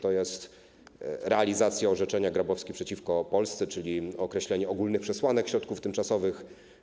To jest realizacja orzeczenia Grabowski przeciwko Polsce, czyli określenie ogólnych przesłanek środków tymczasowych.